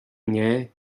inné